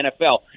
NFL